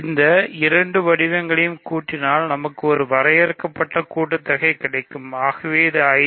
இந்த இரண்டு வடிவங்களை கூட்டினாலும் நமக்கு ஒரு வரையறுக்கப்பட்ட கூட்டுத் தொகையை கிடைக்கும் ஆகவே இது I